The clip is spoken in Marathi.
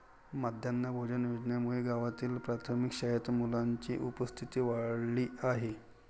माध्यान्ह भोजन योजनेमुळे गावातील प्राथमिक शाळेत मुलांची उपस्थिती वाढली आहे